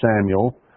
Samuel